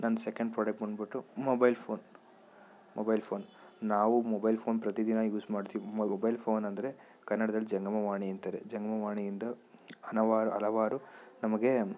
ನನ್ನ second product ಬಂದ್ಬಿಟು mobile phone mobile phone ನಾವು ಮೊಬೈಲ್ ಫೋನ್ ಪ್ರತಿದಿನ ಯೂಸ್ ಮಾಡ್ತೀವಿ ಮೊಬೈಲ್ ಫೋನ್ ಅಂದರೆ ಕನ್ನಡ್ದಲ್ಲಿ ಜಂಗಮವಾಣಿ ಅಂತಾರೆ ಜಂಗಮವಾಣಿಯಿಂದ ಹಲವಾರು ಹಲವಾರು ನಮಗೆ